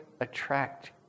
attract